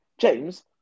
James